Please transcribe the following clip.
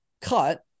cut